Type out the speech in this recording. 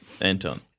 Anton